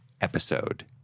episode